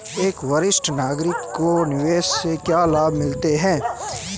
एक वरिष्ठ नागरिक को निवेश से क्या लाभ मिलते हैं?